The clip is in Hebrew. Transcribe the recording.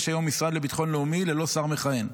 היום במשרד לביטחון לאומי ללא שר מכהן.